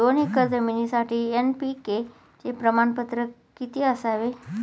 दोन एकर जमिनीसाठी एन.पी.के चे प्रमाण किती असावे?